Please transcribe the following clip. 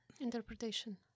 Interpretation